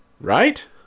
Right